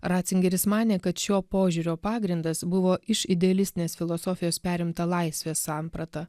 ratzingeris manė kad šio požiūrio pagrindas buvo iš idealistinės filosofijos perimta laisvės samprata